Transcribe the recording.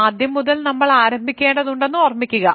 ആദ്യം മുതൽ നമ്മൾ ആരംഭിക്കേണ്ടതുണ്ടെന്ന് ഓർമ്മിക്കുക